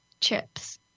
chips